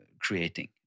creating